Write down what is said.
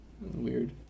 weird